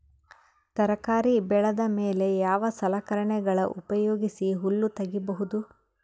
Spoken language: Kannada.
ತರಕಾರಿ ಬೆಳದ ಮೇಲೆ ಯಾವ ಸಲಕರಣೆಗಳ ಉಪಯೋಗಿಸಿ ಹುಲ್ಲ ತಗಿಬಹುದು?